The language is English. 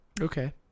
Okay